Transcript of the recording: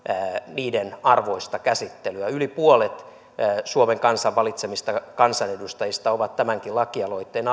niiden arvoista käsittelyä yli puolet suomen kansan valitsemista kansanedustajista on tämänkin lakialoitteen